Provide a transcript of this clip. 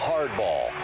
Hardball